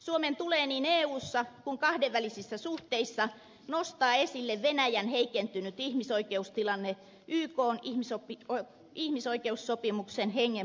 suomen tulee niin eussa kuin kahdenvälisissä suhteissakin nostaa esille venäjän heikentynyt ihmisoikeustilanne ykn ihmisoikeussopimuksen hengen mukaisesti